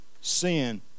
sin